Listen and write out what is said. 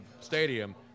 stadium